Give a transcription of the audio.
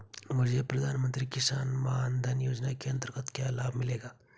मुझे प्रधानमंत्री किसान मान धन योजना के अंतर्गत क्या लाभ मिलेगा?